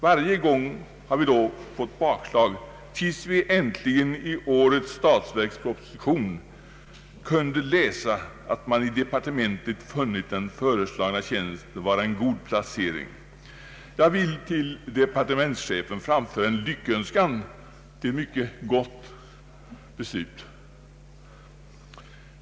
Varje gång har vi dock fått bakslag, tills vi äntligen i årets statsverksproposition kunde läsa att man i departementet funnit den föreslagna tjänsten vara en god placering. Jag vill till departementschefen framföra en lyckönskan till ett gott beslut.